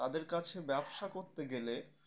তাদের কাছে ব্যবসা করতে গেলে